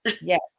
Yes